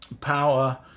power